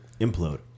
Implode